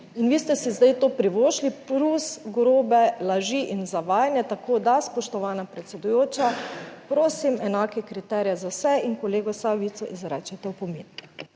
In vi ste si zdaj to privoščili, plus grobe laži in zavajanje. Tako, da spoštovana predsedujoča, prosim, enake kriterije za vse in kolegu Sajovicu izrečete opomin.